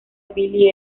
billy